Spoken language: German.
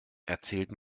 erzählt